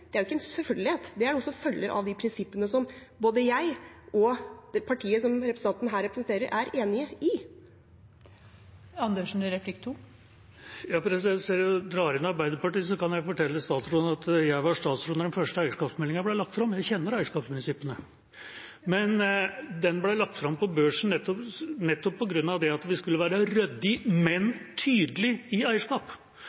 det er jo ikke en selvfølgelighet, det er noe som følger av de prinsippene som både jeg og det partiet som representanten representerer, er enig i. Siden hun drar inn Arbeiderpartiet, kan jeg fortelle statsråden at jeg var statsråd da den første eierskapsmeldinga ble lagt fram – jeg kjenner eierskapsprinsippene. Den ble lagt fram på børsen nettopp på grunn av at vi skulle være